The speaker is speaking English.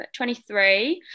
23